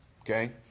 okay